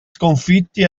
sconfitti